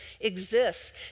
exists